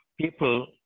people